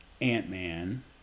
Ant-Man